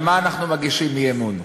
על מה אנחנו מגישים אי-אמון,